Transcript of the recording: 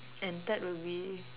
and third will be